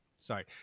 Sorry